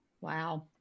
Wow